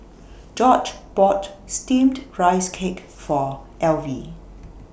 George bought Steamed Rice Cake For Elvie